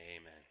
Amen